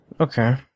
okay